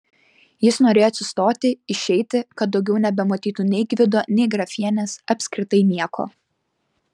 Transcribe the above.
jis norėjo atsistoti išeiti kad daugiau nebematytų nei gvido nei grafienės apskritai nieko